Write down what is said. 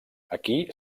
aquí